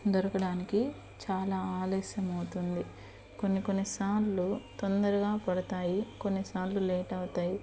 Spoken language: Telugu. దొరకడానికి చాలా ఆలస్యం అవుతుంది కొన్ని కొన్ని సార్లు తొందరగా పడతాయి కొన్ని సార్లు లేట్ అవుతాయి